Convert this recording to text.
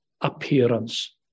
appearance